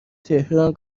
تهران